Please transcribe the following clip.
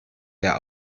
der